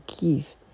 give